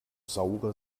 saure